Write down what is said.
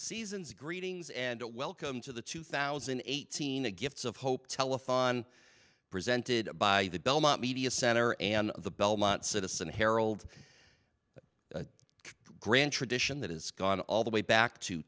season's greetings and welcome to the two thousand and eighteen the gifts of hope telefon presented by the belmont media center and the belmont citizen harold a grand tradition that has gone all the way back to